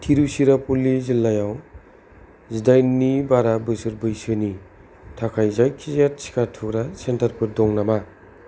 तिरुचिरापलि जिल्लायाव जिदाइननि बारा बोसोर बैसोनि थाखाय जायखिजाया टिका थुग्रा सेन्टारफोर दङ नामा